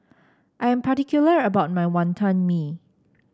I am particular about my Wonton Mee